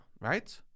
Right